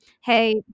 hey